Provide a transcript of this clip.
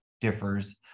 differs